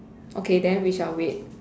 okay then we shall wait